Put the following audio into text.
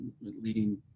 leading